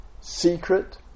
secret